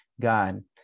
god